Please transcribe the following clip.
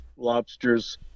lobsters